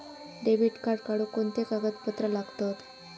Debit card काढुक कोणते कागदपत्र लागतत?